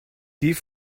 die